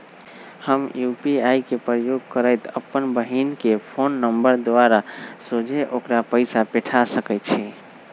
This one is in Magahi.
हम यू.पी.आई के प्रयोग करइते अप्पन बहिन के फ़ोन नंबर द्वारा सोझे ओकरा पइसा पेठा सकैछी